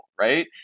right